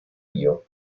rio